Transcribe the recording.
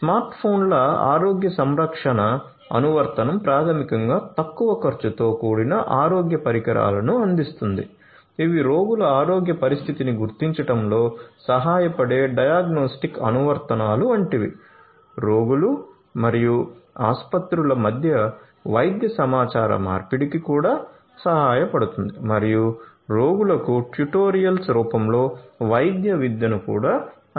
smart ఫోన్ల ఆరోగ్య సంరక్షణ అనువర్తనం ప్రాథమికంగా తక్కువ ఖర్చుతో కూడిన ఆరోగ్య పరికరాలను అందిస్తుంది ఇవి రోగుల ఆరోగ్య పరిస్థితిని గుర్తించడంలో సహాయపడే డయాగ్నొస్టిక్ అనువర్తనాలు వంటివి రోగులు మరియు ఆసుపత్రుల మధ్య వైద్య సమాచార మార్పిడికి కూడా సహాయపడుతుంది మరియు రోగులకు ట్యుటోరియల్స్ రూపంలో వైద్య విద్యను కూడా అందిస్తుంది